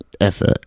effort